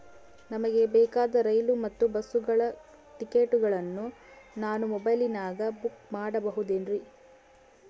ನಮಗೆ ಬೇಕಾದ ರೈಲು ಮತ್ತ ಬಸ್ಸುಗಳ ಟಿಕೆಟುಗಳನ್ನ ನಾನು ಮೊಬೈಲಿನಾಗ ಬುಕ್ ಮಾಡಬಹುದೇನ್ರಿ?